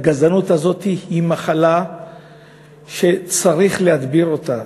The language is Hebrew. והגזענות הזאת היא מחלה שצריך להדביר אותה.